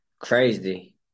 Crazy